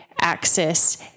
access